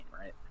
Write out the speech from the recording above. right